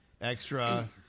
Extra